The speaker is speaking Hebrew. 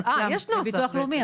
אה, יש נוסח בעצם,